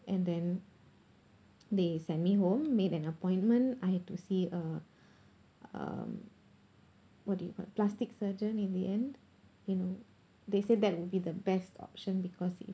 and then they sent me home made an appointment I had to see uh um what do you call plastic surgeon in the end you know they say that would be the best option because if